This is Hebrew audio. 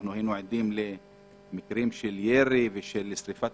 אנו היינו עדים למקרים של ירי ושל שריפת